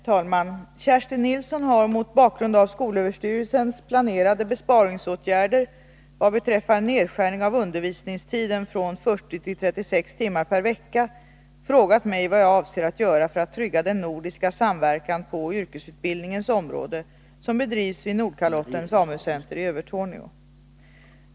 Herr talman! Kerstin Nilsson har, mot bakgrund av skolöverstyrelsens planerade besparingsåtgärder vad beträffar nedskärning av undervisningstiden från 40 till 36 timmar per vecka, frågat mig vad jag avser att göra för att trygga den nordiska samverkan på yrkesutbildningens område som bedrivs vid Nordkalottens AMU-center i Övertorneå.